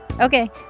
Okay